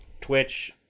twitch